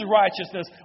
righteousness